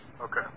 Okay